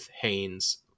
Haynes